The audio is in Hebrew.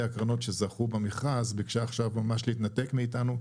הקרנות שזכו במכרז ביקשה עכשיו להתנתק מאתנו,